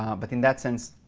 um but in that sense,